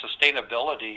sustainability